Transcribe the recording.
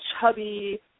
chubby